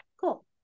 cool